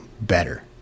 better